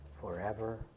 forever